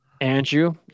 Andrew